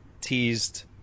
teased